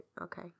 okay